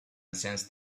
sensed